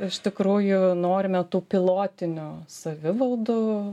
iš tikrųjų norime tų pilotinių savivaldų